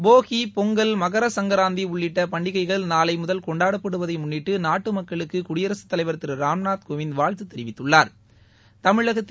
போகி பொங்கல் மகர சங்கராந்தி உள்ளிட்ட பண்டிகைகள் நாளை முதல் கொண்டாடப்படுவதை முன்ளிட்டு நாட்டு மக்களுக்கு குடியரகத்தலைவா் திரு ராம்நாத் கோவிந்த் வாழ்த்துத் தெிவித்துள்ளாா்